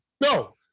No